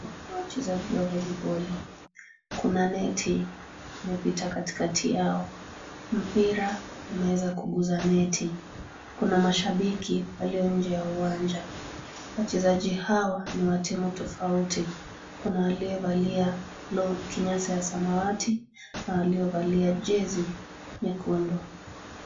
Wachezaji wa voiliboli kuna neti imepita katikati yao mpira umeweza kuguza neti . Kuna mashabiki walio nje ya uwanja, wachezaji hawa ni wa timu tofauti kuna waliovalia kinyasa ya samawati na waliovalia jezi nyekundu.